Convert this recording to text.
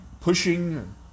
pushing